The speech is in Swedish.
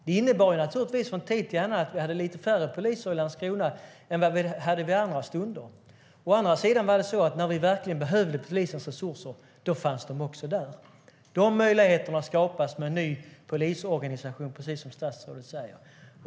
Det innebar att vi från tid till annan hade lite färre poliser i Landskrona. När vi å andra sidan verkligen behövde polisens resurser fanns de också där. Dessa möjligheter skapas med en ny polisorganisation, precis som statsrådet säger.